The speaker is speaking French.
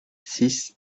six